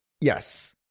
yes